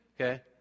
okay